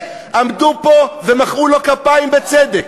עמדו פה ומחאו לו כפיים בצדק.